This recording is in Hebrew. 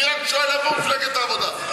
אני רק שואל איפה מפלגת העבודה,